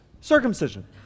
circumcision